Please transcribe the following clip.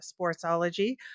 Sportsology